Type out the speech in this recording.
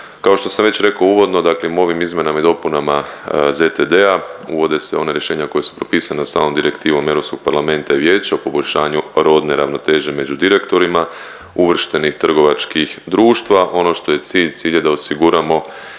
Kao što sam već rekao uvodno, dakle ovim izmjenama i dopunama ZTD-a uvode se ona rješenja koja su propisana samom direktivom Europskog parlamenta i vijeća o poboljšanju rodne ravnoteže među direktorima uvrštenih trgovačkih društva. Ono što je cilj, cilj je da osiguramo